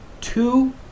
two